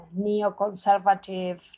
neoconservative